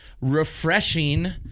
refreshing